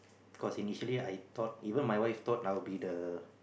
cause initially I thought even my wife thought I'll be the